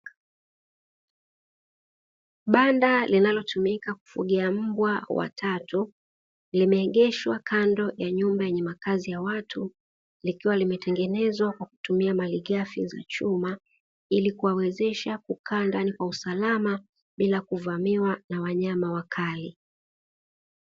Banda linalotumika kufugia mbwa watatu limeegeshwa kando ya nyumba yenye makazi ya watu likiwa limetengenezwa kwa kutumia malighafi za chuma ili kuwawezesha kukaa ndani kwa usalama bila kuvamiwa na wanyama wakali.